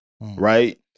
right